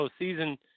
postseason